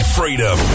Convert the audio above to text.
Freedom